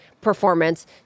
performance